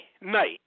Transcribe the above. night